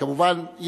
כמובן,